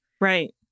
right